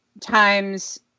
times